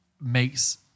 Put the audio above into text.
makes